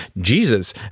jesus